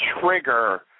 trigger